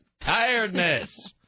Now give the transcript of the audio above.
tiredness